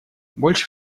больше